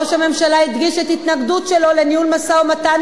ראש הממשלה הדגיש את ההתנגדות שלו לניהול משא-ומתן